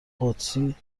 قدسی